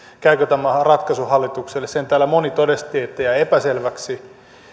käykö tämä ratkaisu hallitukselle sen täällä moni todisti että jäi epäselväksi